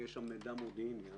שיש שם מידע מודיעיני.